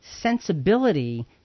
sensibility